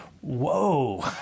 Whoa